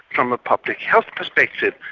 from a public health perspective,